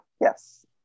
Yes